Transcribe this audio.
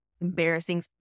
embarrassing